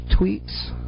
tweets